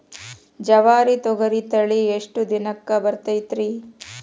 ಜವಾರಿ ತೊಗರಿ ತಳಿ ಎಷ್ಟ ದಿನಕ್ಕ ಬರತೈತ್ರಿ?